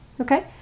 Okay